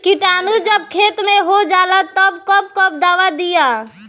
किटानु जब खेत मे होजाला तब कब कब दावा दिया?